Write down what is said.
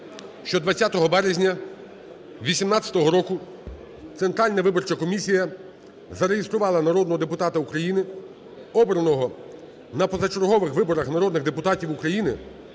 що 20 березня 2018 року Центральна виборча комісія зареєструвала народного депутата України, обраного на позачергових виборах народних депутатів України